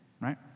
right